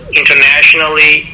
internationally